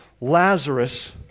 Lazarus